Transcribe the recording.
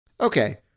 Okay